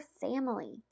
family